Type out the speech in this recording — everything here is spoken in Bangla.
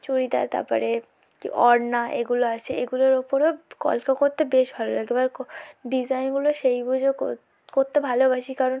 চুড়িদার তারপরে ওড়না এগুলো আছে এগুলোর অপরও কলকা করতে বেশ ভালো লাগে এবার ক ডিসাইনগুলো সেই বুঝে করতে ভালোবাসি কারণ